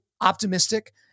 optimistic